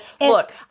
look